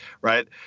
right